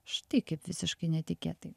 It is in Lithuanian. štai kaip visiškai netikėtai